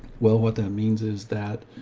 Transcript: well, what that means is that,